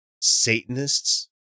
satanists